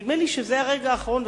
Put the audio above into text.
נדמה לי שזה הרגע האחרון,